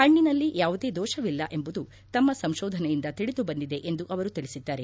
ಹಣ್ಣಿನಲ್ಲಿ ಯಾವುದೇ ದೋಷ ಇಲ್ಲ ಎಂಬುದು ತಮ್ಮ ಸಂಶೋಧನೆಯಿಂದ ತಿಳಿದುಬಂದಿದೆ ಎಂದು ಅವರು ತಿಳಿಸಿದ್ದಾರೆ